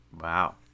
Wow